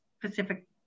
Pacific